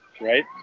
right